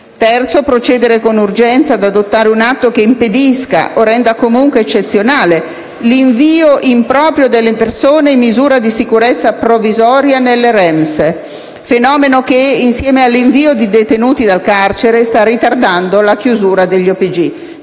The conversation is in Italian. spesso); procedere con urgenza ad adottare un atto che impedisca - o renda eccezionale - l'invio improprio delle persone in misura di sicurezza provvisoria in REMS, fenomeno che, come l'invio di detenuti dal carcere, sta ritardando la chiusura degli OPG